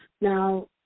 Now